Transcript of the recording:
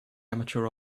amateur